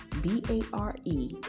B-A-R-E